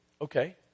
Okay